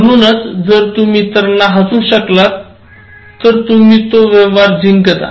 म्हणूनच जर तुम्ही इतरांना हसवू शकलात तर तुम्ही तो व्यवहार जिंकता